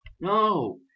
No